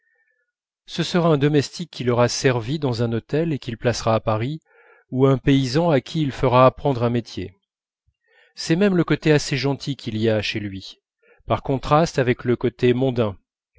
ce sera un domestique qui l'aura servi dans un hôtel et qu'il placera à paris ou un paysan à qui il fera apprendre un métier c'est même le côté assez gentil qu'il y a chez lui par contraste avec le côté mondain